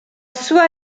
sua